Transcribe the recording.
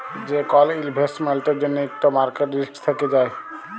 যে কল ইলভেস্টমেল্টের জ্যনহে ইকট মার্কেট রিস্ক থ্যাকে যায়